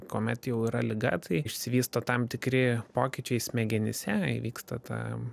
kuomet jau yra liga tai išsivysto tam tikri pokyčiai smegenyse įvyksta ta